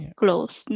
close